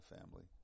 family